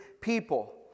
people